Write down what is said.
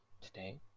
today